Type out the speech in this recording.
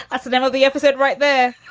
that's the name of the episode right there.